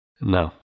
No